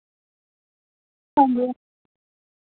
हांजी मैम